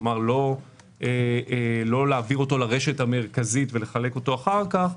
כלומר לא להעביר אותו לרשת המרכזית ולחלק אותו אחר כך,